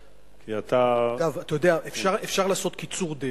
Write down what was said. כי אתה, אגב, אתה יודע שאפשר לעשות קיצור דרך,